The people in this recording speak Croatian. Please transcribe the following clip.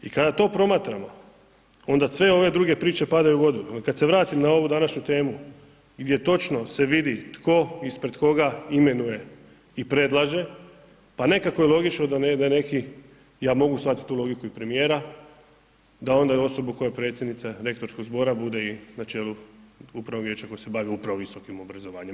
I kada to promatramo, onda sve ove druge priče padaju u vodi i kada se vratim na ovu današnju temu, gdje točno se vidi, tko ispred koga imenuje i predlaže, pa nekako je logično da je neki, ja mogu shvatit i tu logiku i premjera, da onda osobu koja je predsjednica rektorskog zbora bude i na načelu upravnog vijeća koji se bavi upravo visokim obrazovanjem.